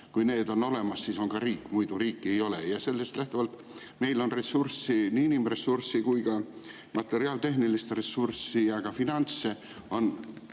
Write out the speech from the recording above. Kui need on olemas, siis on riik, muidu riiki ei ole. Sellest lähtuvalt, meil on ressurssi, nii inimressursi kui ka materiaaltehnilist ressurssi ning finantse